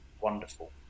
wonderful